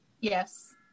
Yes